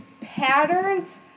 patterns